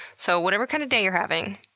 so whatever kind of day you're having,